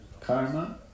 Karma